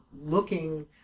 looking